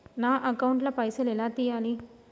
నా అకౌంట్ ల పైసల్ ఎలా తీయాలి?